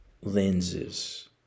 lenses